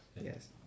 Yes